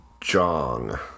Jong